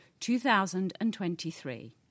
2023